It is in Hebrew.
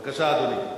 בבקשה, אדוני.